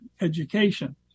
education